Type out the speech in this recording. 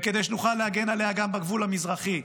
וכדי שנוכל להגן עליה גם בגבול המזרחי,